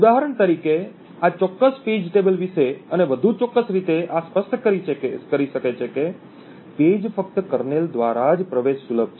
ઉદાહરણ તરીકે આ ચોક્કસ પેજ ટેબલ વિશે અને વધુ ચોક્કસ રીતે આ સ્પષ્ટ કરી શકે છે કે પેજ ફક્ત કર્નેલ દ્વારા જ પ્રવેશ સુલભ છે